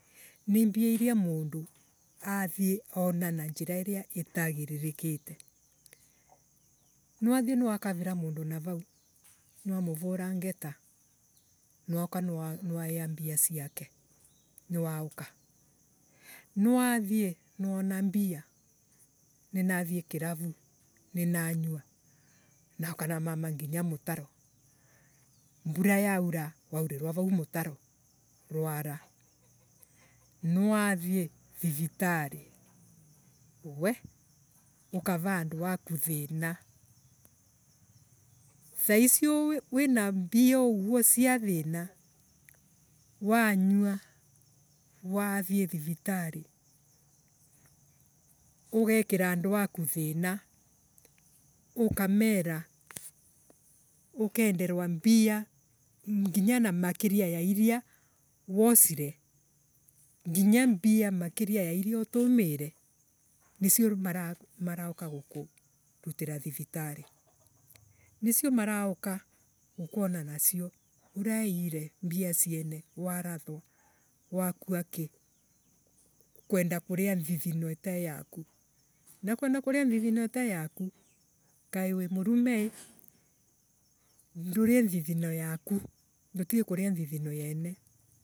Ni mbia iria mundu ona na njira iria itagiririkite niwathie wakavira mundu na vau, ni wa muvura ngeta niwauka niwaiia mbia ciake niwauka niwathie niwona mbia ninathie kivaru ninanyua nauka namama nginya mutaro mbura yaura wauvirwa vau mutaro rwara niwathie vivitari. wee ukava andu aku thiina. Thaicio wina mbia icio cia thiina wanyua wathie vivitari. ugekira andu aku thina ukamera ukenderwa mbia nginya na makiria ya iria wocire nginya mbia makiria ya iria utumiire nicio riu mara Marauka gukurutera vivitari nicio marauka gukuona nacio. uraeire mbia ciene warathwa wakua ki Kwenda kuria nthithino itae yaku. kaii wii murume ii. Ndurie nthithino yaku. ndutige kuria. nthithino yene.